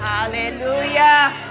Hallelujah